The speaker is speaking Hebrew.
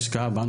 היא השקעה בנו,